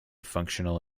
functional